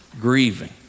grieving